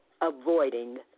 avoiding